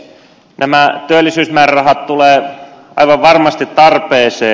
nämä työllisyysmäärärahat tulevat aivan varmasti tarpeeseen